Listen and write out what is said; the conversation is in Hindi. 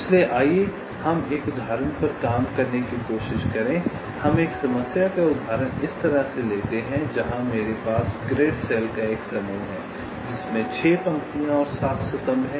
इसलिए आइए हम एक उदाहरण पर काम करने की कोशिश करें आइए हम एक समस्या का उदाहरण इस तरह से लेते हैं जहां मेरे पास ग्रिड सेल का एक समूह है जिसमे 6 पंक्तियाँ और 7 स्तंभ हैं